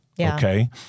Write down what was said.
okay